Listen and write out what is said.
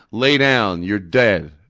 lay down. you're dead.